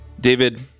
David